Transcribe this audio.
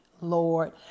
Lord